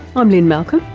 i'm lynne malcolm.